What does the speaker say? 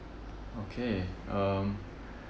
okay um